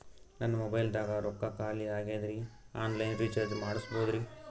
ನನ್ನ ಮೊಬೈಲದಾಗ ರೊಕ್ಕ ಖಾಲಿ ಆಗ್ಯದ್ರಿ ಆನ್ ಲೈನ್ ರೀಚಾರ್ಜ್ ಮಾಡಸ್ಬೋದ್ರಿ?